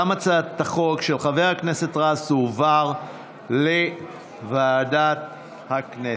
גם הצעת החוק של חבר הכנסת רז תועבר לוועדת הכנסת.